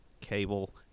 cable